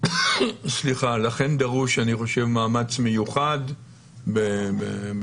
לכן אני חושב שדרוש מאמץ מיוחד בהסברה